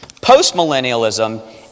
Postmillennialism